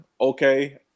okay